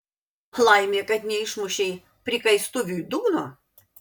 laimė kad neišmušei prikaistuviui dugno